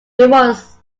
was